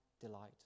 delight